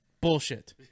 bullshit